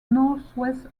northwest